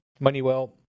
Moneywell